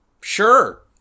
sure